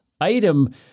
item